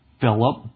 Philip